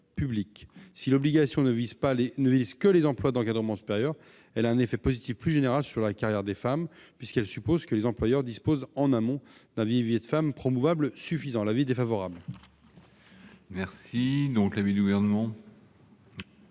Si l'obligation ne vise que les emplois d'encadrement supérieur, elle a un effet positif plus général sur la carrière des femmes, puisqu'elle suppose que les employeurs disposent en amont d'un vivier suffisant de femmes promouvables. L'avis est donc défavorable. Quel est l'avis du Gouvernement ?